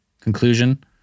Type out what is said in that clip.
conclusion